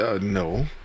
no